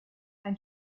ein